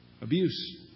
Abuse